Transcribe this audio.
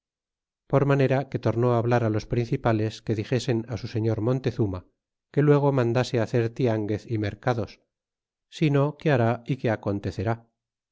por manera que tornó hablar los principales que dixesen su señor monte r uma que luego mandase hacer tianguez y mercados sino que har é que acontecer